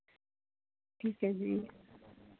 ਠੀਕ ਹੈ ਜੀ